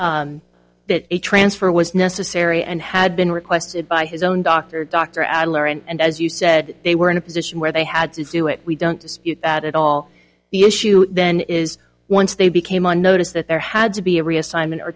that that a transfer was necessary and had been requested by his own doctor dr adler and as you said they were in a position where they had to do it we don't dispute that at all the issue then is once they became on notice that there had to be a reassignment or